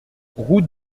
route